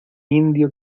indio